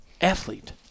athlete